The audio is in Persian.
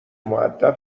مودب